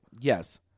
Yes